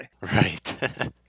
right